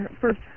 first